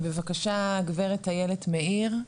בבקשה הגב' איילת מאייר.